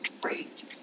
great